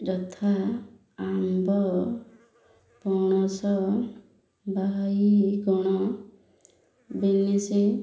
ଯଥା ଆମ୍ବ ପଣସ ବାଇଗଣ ବିମ୍ସ